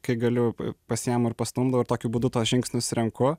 kai galiu pasiimu ir pastumdau ir tokiu būdu tuos žingsnius renku